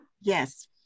Yes